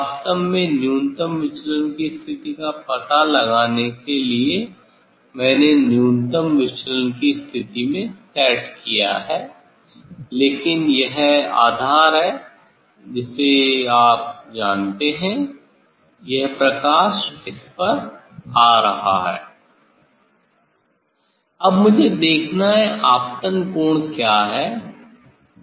वास्तव में न्यूनतम विचलन की स्थिति का पता लगाने के लिए मैंने न्यूनतम विचलन की स्थिति में सेट किया है लेकिन यह आधार है जिसे आप जानते हैं यह प्रकाश इस पर आ रहा है अब मुझे देखना है आपतन कोण क्या है